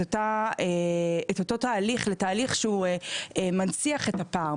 אותו תהליך לתהליך שהוא מנציח את הפער,